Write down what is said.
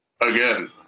again